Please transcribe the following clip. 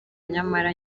nyamara